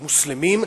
מוסלמים,